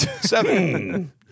Seven